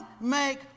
make